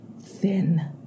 thin